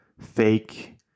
fake